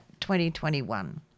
2021